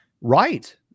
right